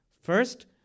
first